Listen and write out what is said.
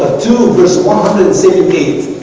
ah to respondents edp